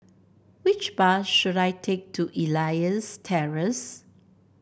which bus should I take to Elias Terrace